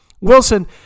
Wilson